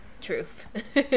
truth